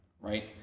right